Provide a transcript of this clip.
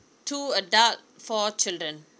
two adult four children